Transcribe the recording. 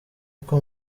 uko